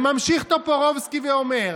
ממשיך טופורובסקי ואומר,